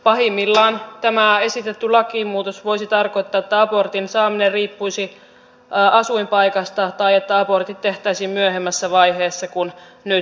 pahimmillaan tämä esitetty lakimuutos voisi tarkoittaa että abortin saaminen riippuisi asuinpaikasta tai että abortit tehtäisiin myöhemmässä vaiheessa kuin nyt